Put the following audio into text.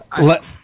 Let